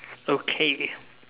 okay